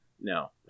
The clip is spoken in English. no